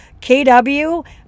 KW